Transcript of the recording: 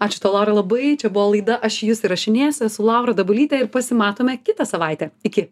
ačiū tau laura labai čia buvo laida aš jus įrašinėsiu esu laura dabulytė ir pasimatome kitą savaitę iki